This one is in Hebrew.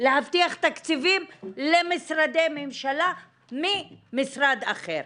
להבטיח תקציבים למשרדי ממשלה ממשרד אחר.